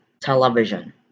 television